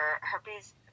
herpes